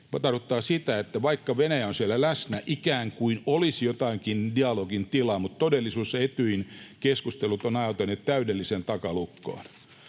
tiedän sen — että vaikka Venäjä on siellä läsnä ikään kuin olisi jotakin dialogin tilaa, todellisuudessa Etyjin keskustelut ovat ajautuneet täydelliseen takalukkoon.